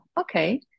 okay